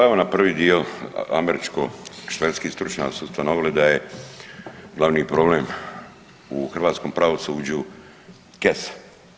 Pa evo na prvi dio američko-švedski stručnjaci su ustanovili da je glavni problem u hrvatskom pravosuđu Kesa.